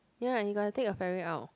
ya you got to take a ferry out